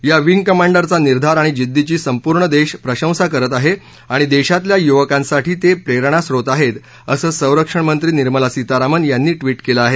या विंग कमांडरचा निर्धार आणि जिद्दीची संपूर्ण देश प्रशंसा करत आहे आणि देशातल्या युवकांसाठी ते प्रेरणास्रोत आहेत असं संरक्षणमंत्री निर्मला सीतारामन यांनी ट्वीट केलं आहे